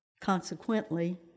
Consequently